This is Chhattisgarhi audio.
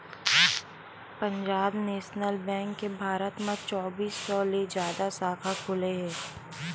पंजाब नेसनल बेंक के भारत म चौबींस सौ ले जादा साखा खुले हे